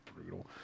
brutal